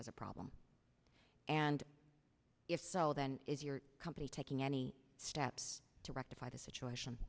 as a problem and if so then is your company taking any steps to rectify the situation